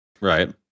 Right